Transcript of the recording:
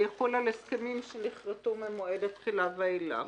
זה יחול על הסכמים שנכרתו ממועד התחילה ואילך.